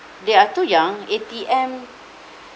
they are too young A_T_M